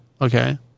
okay